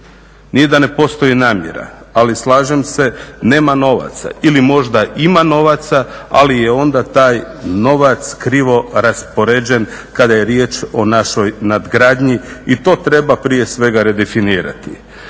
nije da ne postoji namjera, ali slažem se nema novaca ili možda ima novaca ali je onda taj novac krivo raspoređen kada je riječ o našoj nadgradnji i to treba prije svega redefinirati.